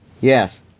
Yes